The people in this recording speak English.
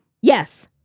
Yes